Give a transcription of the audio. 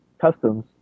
customs